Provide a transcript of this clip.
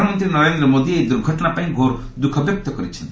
ପ୍ରଧାନମନ୍ତ୍ରୀ ନରେନ୍ଦ୍ର ମୋଦି ଏହି ଦୁର୍ଘଟଣା ପାଇଁ ଘୋର୍ ଦୁଃଖବ୍ୟକ୍ତ କରିଛନ୍ତି